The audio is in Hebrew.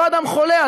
לא אדם חולה,